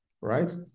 right